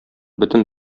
бөтен